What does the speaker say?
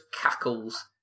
cackles